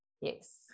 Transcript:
yes